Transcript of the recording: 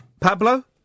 Pablo